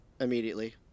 immediately